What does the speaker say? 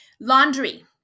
Laundry